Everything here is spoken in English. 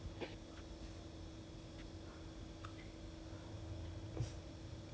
!aiya! then might as well just keep it small lah just you me Li Min then 还有 Hui li